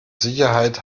sicherheit